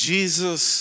Jesus